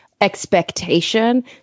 expectation